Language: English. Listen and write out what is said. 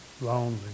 Lonely